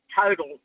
total